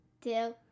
Two